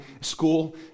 school